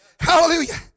hallelujah